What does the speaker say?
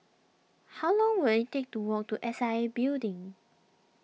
how long will it take to walk to S I A Building